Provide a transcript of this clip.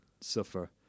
suffer